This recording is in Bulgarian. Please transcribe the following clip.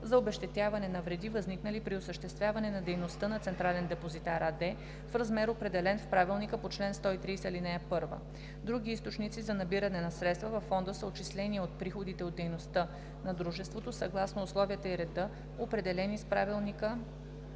за обезщетяване на вреди, възникнали при осъществяване на дейността на „Централен депозитар“ АД, в размер, определен в правилника по чл. 130, ал. 1. Други източници за набиране на средства във фонда са отчисления от приходите от дейността на дружеството съгласно условията и реда, определени с правилника